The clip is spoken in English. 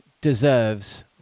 deserves